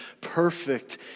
Perfect